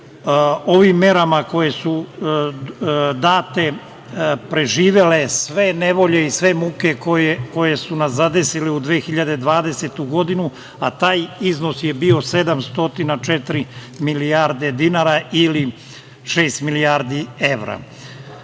ovim merama koje su date preživeli sve nevolje i sve muke koje su nas zadesile u 2020. godini, a taj iznos je bio 704 milijarde dinara ili šest milijardi evra. Treći